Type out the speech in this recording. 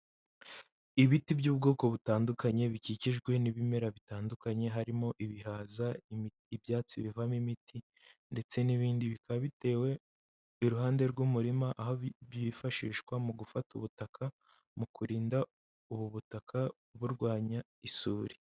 Ibiti by'ubwoko butandukanye, bikikijwe n'ibimera bitandukanye, harimo ibihaza, ibyatsi bivamo imiti, ndetse n'ibindi. Bikaba bitewe, iruhande rw'umurima. Aho byifashishwa mu gufata ubutaka, mu kurinda, ubu butaka, burwanya isuri.